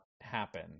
happen